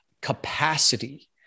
capacity